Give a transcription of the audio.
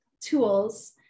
tools